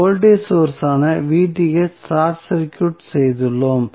voltage source ஆன Vth ஐ short circuit செய்துள்ளோம்